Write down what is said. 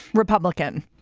republican.